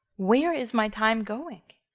where is my time going?